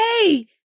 hey